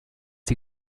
die